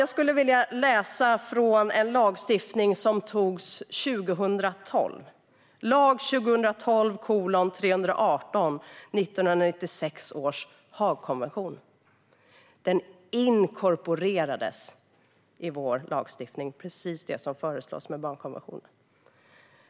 Jag vill läsa ur en lagstiftning som antogs 2012, lag om 1996 års Haagkonvention, och inkorporerades i vår lagstiftning, precis det som föreslås med barnkonventionen.